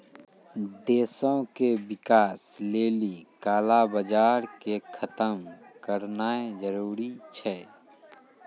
देशो के विकास लेली काला बजार के खतम करनाय जरूरी छै